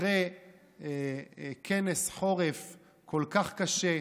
אחרי כנס חורף כל כך קשה,